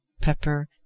pepper